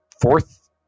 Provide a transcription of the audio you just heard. fourth